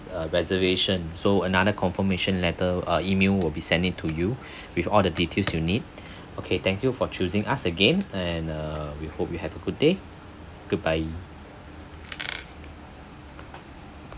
uh reservation so another confirmation letter uh email will be sent it to you with all the details you need okay thank you for choosing us again and uh we hope you have a good day goodbye